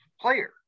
player